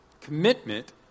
commitment